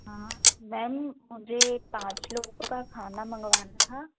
हँ मैम मुझे पाँच लोगों का खाना मंगवाना था